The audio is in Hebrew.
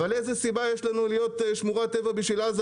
אבל איזו סיבה יש לנו להיות שמורת טבע בשביל עזה